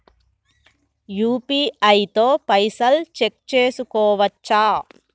UPI తో పైసల్ check చేసుకోవచ్చా?